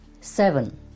Seven